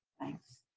thanks!